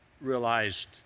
realized